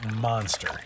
monster